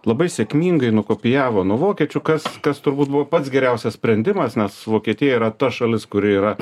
labai sėkmingai nukopijavo nuo vokiečių kas kas turbūt buvo pats geriausias sprendimas nes vokietija yra ta šalis kuri yra